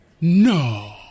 No